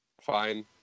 fine